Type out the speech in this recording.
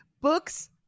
books